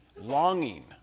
longing